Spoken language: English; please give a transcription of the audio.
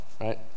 right